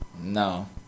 no